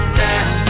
down